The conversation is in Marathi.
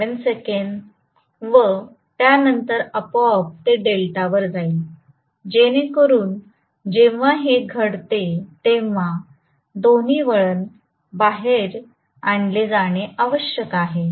7 सेकंद व त्यानंतर आपोआप ते डेल्टावर जाईल जेणेकरून जेव्हा हे घडते तेव्हा दोन्ही वळण बाहेर आणले जाणे आवश्यक आहे